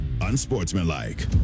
Unsportsmanlike